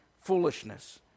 foolishness